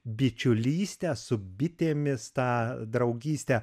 bičiulystę su bitėmis tą draugystę